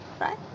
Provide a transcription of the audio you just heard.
Right